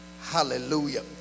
Hallelujah